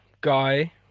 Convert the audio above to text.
guy